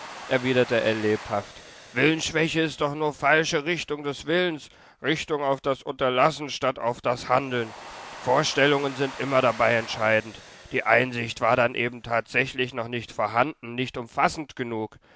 erwiderte ell lebhaft willensschwäche ist doch nur falsche richtung des willens richtung auf das unterlassen statt auf das handeln vorstellungen sind immer dabei entscheidend die einsicht war dann eben tatsächlich noch nicht vorhanden nicht umfassend genug